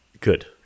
Good